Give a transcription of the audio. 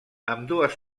ambdues